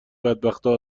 بدبختا